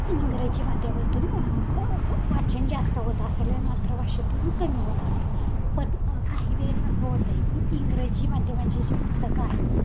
इंग्रजी माध्यमातून वाचन जास्त होत असेल मातृभाषेतून कमी होत असेल पण काही वेळेस असं होतं आहे की इंग्रजी माध्यमांची जी पुस्तकं आहेत